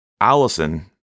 Allison